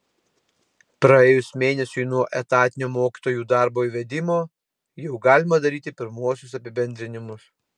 praėjus mėnesiui nuo etatinio mokytojų darbo įvedimo jau galima daryti pirmuosius apibendrinimus